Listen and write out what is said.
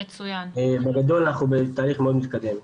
בגדול אנחנו בתהליך מאוד מתקדם.